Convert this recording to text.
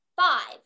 five